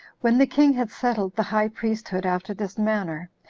when the king had settled the high priesthood after this manner,